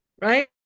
right